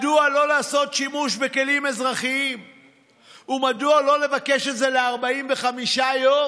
מדוע לא לעשות שימוש בכלים אזרחיים ומדוע לא לדרוש את זה ל-45 יום